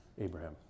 Abraham